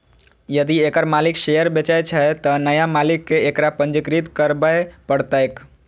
यदि एकर मालिक शेयर बेचै छै, तं नया मालिक कें एकरा पंजीकृत करबय पड़तैक